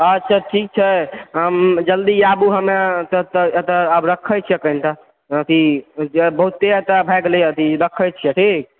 अच्छा ठीक छै जल्दी आबु हम अऽ एतए तऽ एतए आबऽ रखैए छियै एखन तऽ अथि बहुते एतए भऽ गेलै हे अथि रखै छियै ठीक